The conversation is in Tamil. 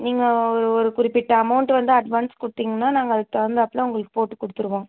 நீங்கள் ஒரு குறிப்பிட்ட அமௌண்ட்டு வந்து அட்வான்ஸ் கொடுத்தீங்கன்னால் நாங்கள் அதுக்கு தகுந்தாப்லே உங்களுக்கு போட்டுக் கொடுத்துருவோம்